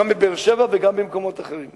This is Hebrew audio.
גם בבאר-שבע וגם במקומות אחרים.